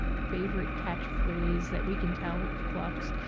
favorite catchphrase that we can tell of kluft's.